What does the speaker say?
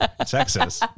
Texas